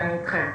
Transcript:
כן, אני אתכם.